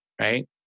Right